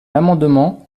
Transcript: l’amendement